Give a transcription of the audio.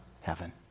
heaven